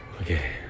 Okay